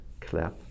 clap